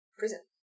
prison